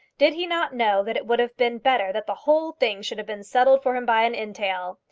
did he not know that it would have been better that the whole thing should have been settled for him by an entail?